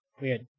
Weird